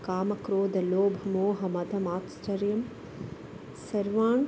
कामक्रोधलोभमोहमदमात्सर्यं सर्वान्